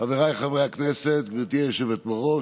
חבריי חברי הכנסת, גברתי היושבת-ראש,